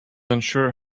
unsure